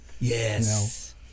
yes